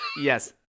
Yes